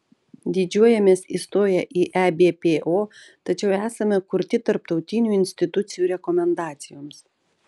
didžiuojamės įstoję į ebpo tačiau esame kurti tarptautinių institucijų rekomendacijoms